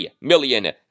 million